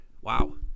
Wow